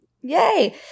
Yay